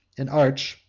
an arch,